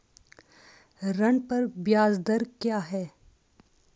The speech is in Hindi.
ऋण पर ब्याज दर क्या है?